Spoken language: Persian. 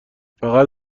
فقط